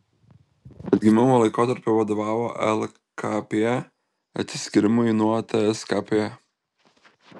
atgimimo laikotarpiu vadovavo lkp atsiskyrimui nuo tskp